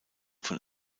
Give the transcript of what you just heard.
von